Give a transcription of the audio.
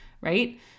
Right